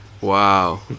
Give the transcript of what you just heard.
Wow